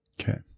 Okay